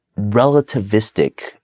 relativistic